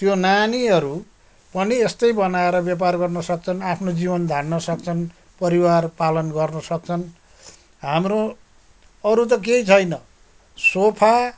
त्यो नानीहरू पनि यस्तै बनाएर ब्यापार गर्नु सक्छन् आफ्नो जीवन धान्न सक्छन् परिवार पालन गर्नु सक्छन् हाम्रो अरू त केही छैन सोफा